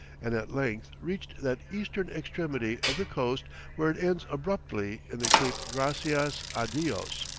and at length reached that eastern extremity of the coast where it ends abruptly in the cape gracias a dios.